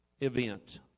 event